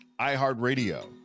iHeartRadio